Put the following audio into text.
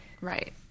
right